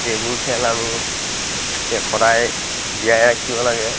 এইবোৰ খেল আমি সদায় জীয়াই ৰাখিব লাগে